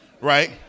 right